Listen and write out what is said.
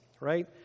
right